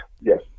Yes